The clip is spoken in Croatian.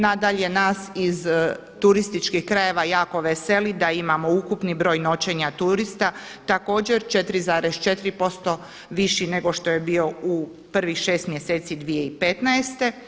Nadalje nas iz turističkih krajeva jako veseli da imamo ukupni broj noćenja turista, također 4,4% viši nego što je bio u prvih šest mjeseci 2015.